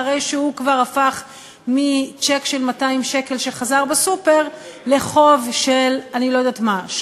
אחרי שהוא כבר הפך מצ'ק של 200 שקל שחזר בסופר לחוב של אני לא יודעת מה,